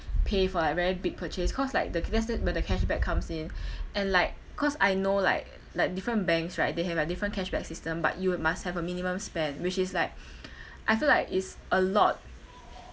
pay for like very big purchase cause like the but the cashback comes in and like cause I know like like different banks right they have like different cashback system but you must have a minimum spend which is like I feel like it's a lot